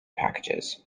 packages